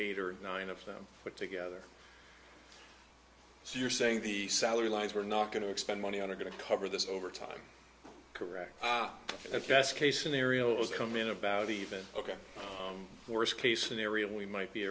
eight or nine of them put together so you're saying the salary lines were not going to expend money on are going to cover this overtime correct at best case scenarios come in about even ok worst case scenario we might be